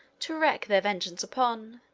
to wreak their vengeance upon.